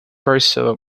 purcell